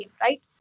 right